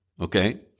Okay